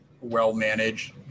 well-managed